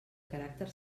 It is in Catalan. caràcter